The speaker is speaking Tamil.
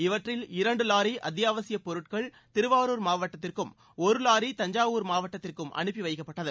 இவற்றில் இரண்டு வாரி அத்தியாவசியப் பொருட்கள் திருவாரூர் மாவட்டத்திற்கும் ஒரு வாரி தஞ்சாவூர் மாவட்டத்திற்கு அனுப்பி வைக்கப்பட்டது